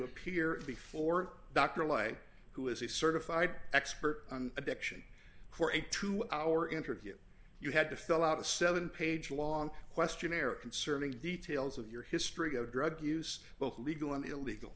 appear before dr lay who is a certified expert on addiction for a two hour interview you had to fill out a seven page long questionnaire concerning details of your history of drug use both legal and